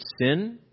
sin